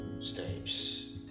steps